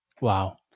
Wow